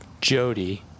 Jody